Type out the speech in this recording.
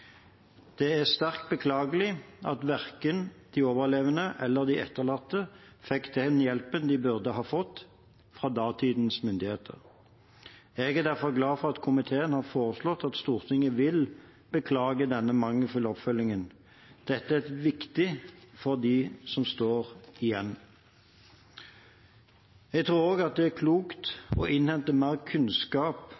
Det er sterkt beklagelig at verken de overlevende eller de etterlatte fikk den hjelpen de burde ha fått, fra datidens myndigheter. Jeg er derfor glad for at komiteen har foreslått at Stortinget vil beklage denne mangelfulle oppfølgingen. Dette er viktig for dem som står igjen. Jeg tror også det er